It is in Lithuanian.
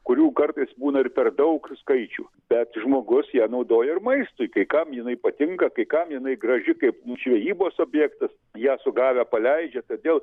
kurių kartais būna ir per daug skaičių bet žmogus ją naudoja ir maistui kai kam jinai patinka kai kam jinai graži kaip žvejybos objektas ją sugavę paleidžia todėl